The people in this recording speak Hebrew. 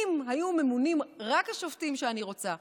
אם היו ממונים רק את השופטים שאני רוצה,